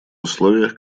условиях